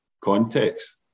Context